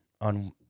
on –